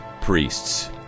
priests